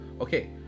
okay